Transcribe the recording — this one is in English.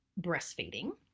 breastfeeding